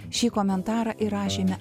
šį komentarą įrašėme